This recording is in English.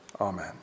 amen